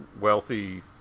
wealthy